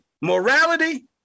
morality